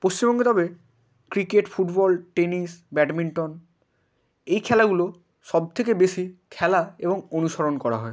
পশ্চিমবঙ্গে তবে cricket football tennis badminton এই খেলাগুলো সব থেকে বেশি খেলা এবং অনুসরণ করা হয়